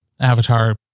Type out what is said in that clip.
Avatar